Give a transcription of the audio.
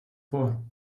vor